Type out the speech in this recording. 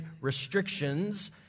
restrictions